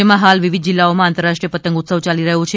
રાજ્યમાં હાલ વિવિધ જિલ્લાઓમાં આંતરરાષ્ટ્રીય પતંગોત્સવ યાલી રહ્યો છે